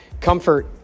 Comfort